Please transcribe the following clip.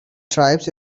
tribes